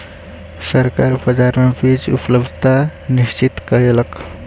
सरकार बाजार मे बीज उपलब्धता निश्चित कयलक